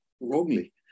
wrongly